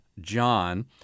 John